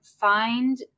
find